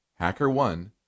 HackerOne